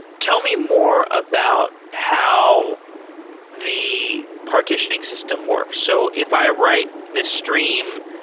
tell me more about how the partitioning system works. so if i write the stream,